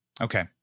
Okay